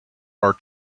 are